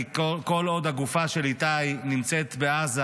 כי כל עוד הגופה של איתי נמצאת בעזה